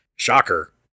Shocker